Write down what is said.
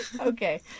Okay